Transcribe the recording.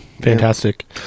Fantastic